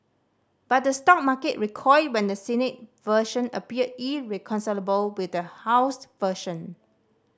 but the stock market recoiled when the Senate version appeared irreconcilable with the house version